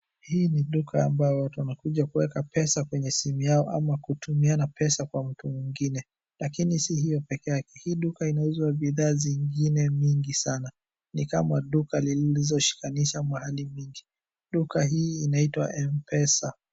Hii ni duka ambalo watu wanakuja kuweka pesa kwenye simu zao au kutumiana pesa kwa mtu mwingine lakini si hiyo peke yake. Hii duka linauzwa bidha nyingi sana nikama duka zilizoshikanishwa mahali mingi. Duka hii inaitwa Mpesa.